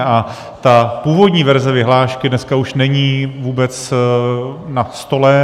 A ta původní verze vyhlášky dneska už není vůbec na stole.